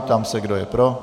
Ptám se, kdo je pro.